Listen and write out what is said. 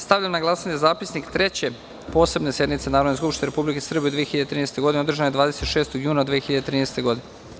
Stavljam na glasanje zapisnik Treće posebne sednice Narodne skupštine Republike Srbije u 2013. godini, održane 26. juna 2013. godine.